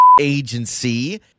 agency